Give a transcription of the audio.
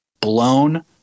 blown